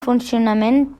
funcionament